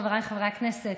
חבריי חברי הכנסת,